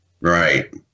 Right